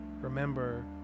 remember